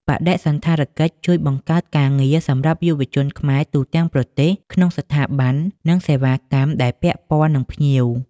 បដិសណ្ឋារកិច្ចជួយបង្កើតការងារសម្រាប់យុវជនខ្មែរទូទាំងប្រទេសក្នុងស្ថាប័ន និងសេវាកម្មដែលពាក់ពន្ធនឹងភ្ញៀវ។